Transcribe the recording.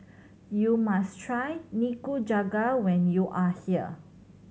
you must try Nikujaga when you are here